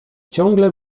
ciągle